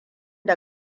da